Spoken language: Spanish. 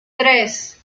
tres